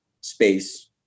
space